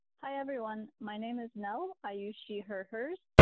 hi, everyone. my name is nell. i use she her hers.